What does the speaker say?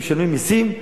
שמשלמים מסים,